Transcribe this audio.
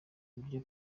uburyo